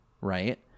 right